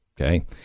okay